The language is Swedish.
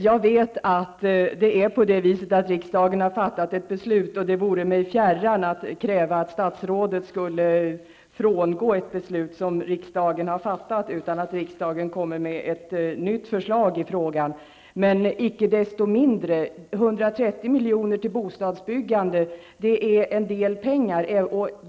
Fru talman! Jag vet att riksdagen har fattat beslut i detta avseende. Det vore mig fjärran att kräva att statsrådet skall frångå ett beslut som riksdagen har fattat utan att riksdagen har kommit med ett nytt förslag i frågan. Men icke desto mindre gäller det 130 miljoner till bostadsbyggande. Det är också en hel del pengar.